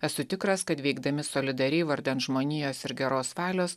esu tikras kad veikdami solidariai vardan žmonijos ir geros valios